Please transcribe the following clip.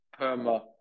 Perma